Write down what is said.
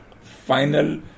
final